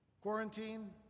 Quarantine